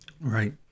Right